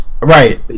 right